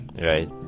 Right